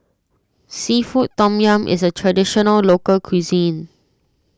Seafood Tom Yum is a Traditional Local Cuisine